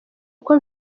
uko